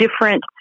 different